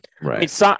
Right